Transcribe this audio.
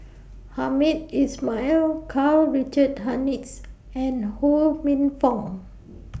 Hamed Ismail Karl Richard Hanitsch and Ho Minfong